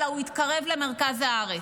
אלא הוא יתקרב למרכז הארץ.